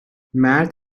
مرد